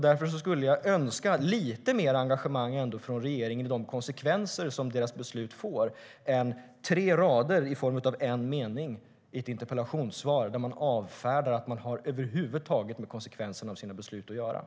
Därför skulle jag önska lite mer engagemang från regeringen för de konsekvenser som regeringens beslut får än tre rader i form av en mening i ett interpellationssvar, där regeringen avfärdar att man över huvud taget har något med konsekvenserna av sina beslut att göra.